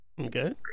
Okay